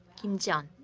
kim ji-yeon,